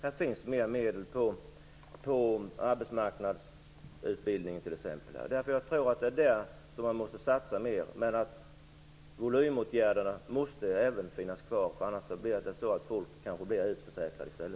Här finns mer medel till arbetsmarknadsutbildning. Man måste satsa mer där. Volymåtgärderna måste finnas kvar, annars kan folk bli utförsäkrade.